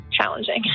challenging